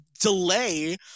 delay